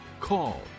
call